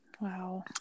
Wow